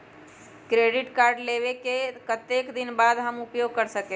Credit card लेबे के कतेक दिन बाद हम उपयोग कर सकेला?